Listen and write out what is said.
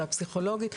הפסיכולוגית,